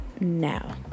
now